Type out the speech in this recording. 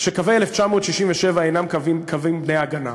שקווי 1967 אינם קווים בני-הגנה.